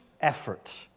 effort